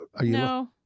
No